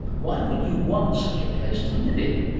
why would you want such a place to live in?